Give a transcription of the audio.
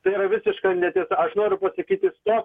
tai yra visiška netiesa aš noriu pasakyti stop